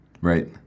Right